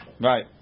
Right